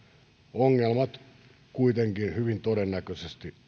ongelmat kuitenkin hyvin todennäköisesti